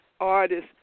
artists